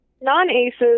non-aces